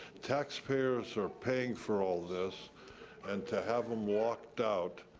taxpayers are paying for all this and to have them locked out